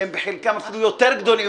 שהם בחלקם אפילו יותר גדולים,